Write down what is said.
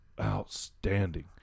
outstanding